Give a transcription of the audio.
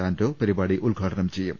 ആന്റോ പരിപാടി ഉദ്ഘാടനം ചെയ്യും